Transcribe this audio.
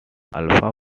alpha